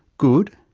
good,